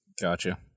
Gotcha